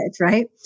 right